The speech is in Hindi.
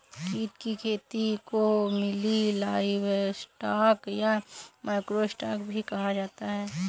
कीट की खेती को मिनी लाइवस्टॉक या माइक्रो स्टॉक भी कहा जाता है